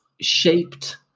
shaped